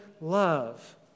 love